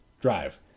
drive